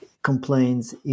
Complaints